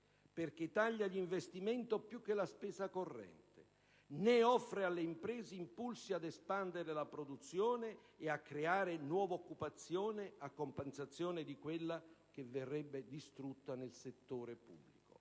perché taglia gli investimenti più che la spesa corrente, né offre alle imprese impulsi ad espandere la produzione e a creare nuova occupazione a compensazione di quella che verrebbe distrutta nel settore pubblico.